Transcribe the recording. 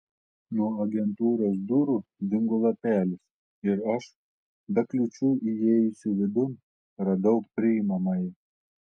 nuo agentūros durų dingo lapelis ir aš be kliūčių įėjusi vidun radau priimamąjį